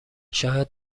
شاید